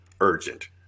urgent